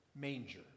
manger